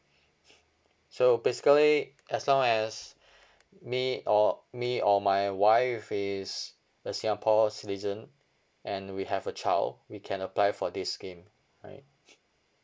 so basically as long as me or me or my wife is a singapore citizen and we have a child we can apply for this scheme right